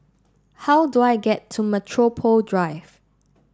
how do I get to Metropole Drive